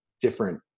different